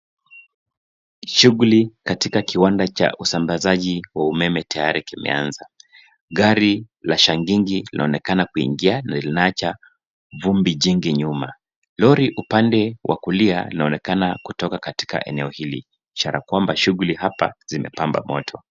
Shughuli katika kiwanda cha usambazaji wa umeme tayari kimeanza. Gari la shangingi linaonekana kuingia, linaacha vumbi jingi nyuma. Lori upande wa kulia linaonekana kutoka katika eneo hili. Ishara kwamba shughuli hapa zimepamba moto.